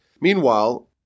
Meanwhile